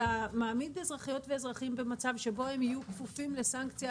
אתה מעמיד אזרחיות ואזרחים במצב שבו הם יהיו כפופים לסנקציה